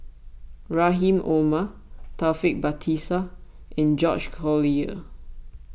Rahim Omar Taufik Batisah and George Collyer